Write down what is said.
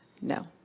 No